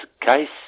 case